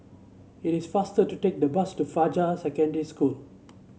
it is faster to take the bus to Fajar Secondary School